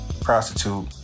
prostitute